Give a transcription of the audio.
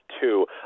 two